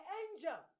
angel